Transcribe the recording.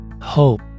hope